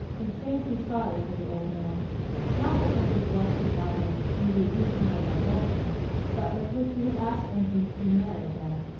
and strangely sorry for the old man not because his wealth could buy him neither youth nor digestion but because he had asked anthony to be married there,